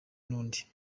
n’undi